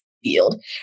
Field